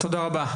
תודה רבה.